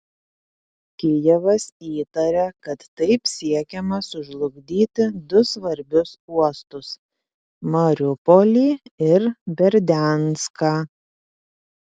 kijevas įtaria kad taip siekiama sužlugdyti du svarbius uostus mariupolį ir berdianską